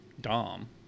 Dom